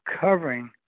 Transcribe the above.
covering